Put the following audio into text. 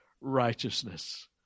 righteousness